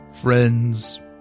friends